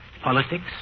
Politics